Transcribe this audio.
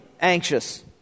anxious